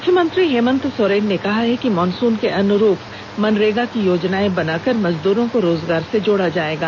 मुख्यमंत्री हेमन्त सोरेन ने कहा है कि मॉनसून के अनुरुप मनरेगा की योजनाएं बनाकर मजदूरों को रोजगार से जोड़ा जाएगा